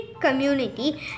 community